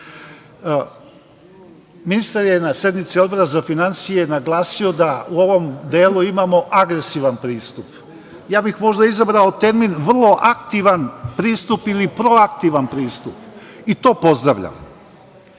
Ministar je na sednici Odbora za finansije naglasio da u ovom delu imamo agresivan pristup. Ja bih možda izabrao termin vrlo aktivan pristup ili proaktivan pristup i to pozdravljam. Neću